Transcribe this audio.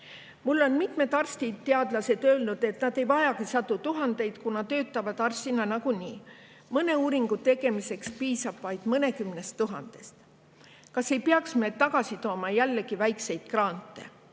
Mulle on mitmed arstid-teadlased öelnud, et nad ei vajagi sadu tuhandeid, kuna töötavad arstina nagunii, mõne uuringu tegemiseks piisab vaid mõnekümnest tuhandest. Kas me ei peaks jällegi tagasi tooma väikseid grante?